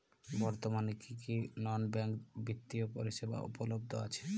বর্তমানে কী কী নন ব্যাঙ্ক বিত্তীয় পরিষেবা উপলব্ধ আছে?